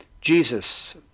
Jesus